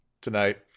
tonight